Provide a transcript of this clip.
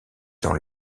dans